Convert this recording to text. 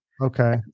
Okay